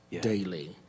daily